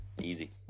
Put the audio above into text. easy